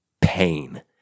pain